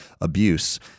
abuse